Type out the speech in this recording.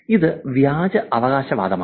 ഇത് വ്യാജ അവകാശവാദമാണ്